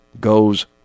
goes